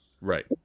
Right